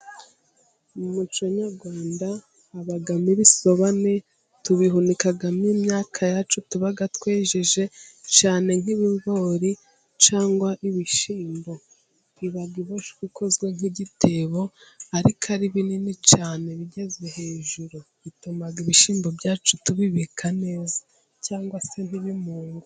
Mu muco nyarwanda, habamo ibisobane, tubihunikamo imyaka yacu, tuba twejeje cyane nk'ibigori, cyangwa ibishyimbo, iba iboshywe, ikozwe nk'igitebo, ariko ari binini cyane, bigeze hejuru, ituma ibishyimbo byacu tubibika neza, cyangwa se ntibimunge.